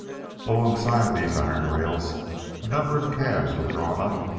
alongside these iron rails a number of cabs were drawn up,